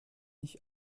ich